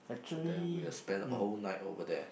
then we will spend all night over there